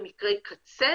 במקרי קצה,